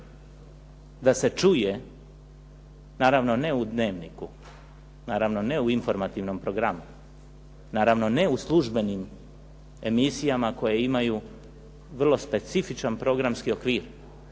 da se čuje, naravno ne u "Dnevniku", naravno ne u informativnom programu, naravno ne u službenim emisijama koje imaju vrlo specifičan programski okvir,